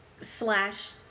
slash